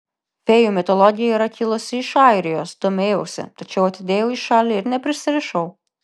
fėjų mitologija yra kilusi iš airijos domėjausi tačiau atidėjau į šalį ir neprisirišau